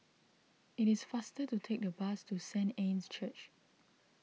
it is faster to take the bus to Saint Anne's Church